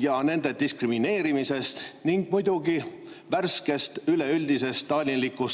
ja nende diskrimineerimisest ning muidugi värskest üleüldisest stalinliku